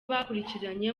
bakurikiranye